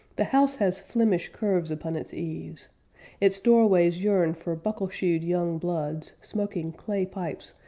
the house has flemish curves upon its eaves its doorways yearn for buckle-shoed young bloods, smoking clay pipes,